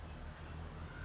actually that's very true